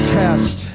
test